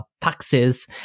taxes